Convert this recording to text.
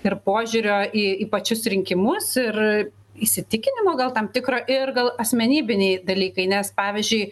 ir požiūrio į į pačius rinkimus ir įsitikinimo gal tam tikro ir gal asmenybiniai dalykai nes pavyzdžiui